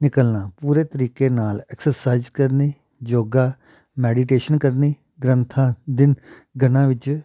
ਨਿਕਲਣਾ ਪੂਰੇ ਤਰੀਕੇ ਨਾਲ ਐਕਸਰਸਾਈਜ ਕਰਨੀ ਯੋਗਾ ਮੈਡੀਟੇਸ਼ਨ ਕਰਨੀ ਗ੍ਰੰਥਾਂ ਦਿਨ ਗੰਨਾ ਵਿੱਚ